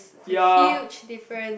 a huge different